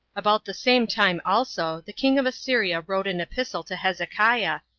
about the same time also the king of assyria wrote an epistle to hezekiah,